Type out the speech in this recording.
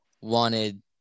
wanted